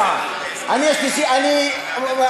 הנקודה השנייה היא נקודה של סכום המימון.